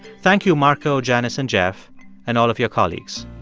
thank you marco, janice and jeff and all of your colleagues